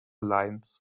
lines